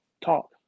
talk